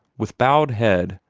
with bowed head,